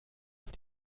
auf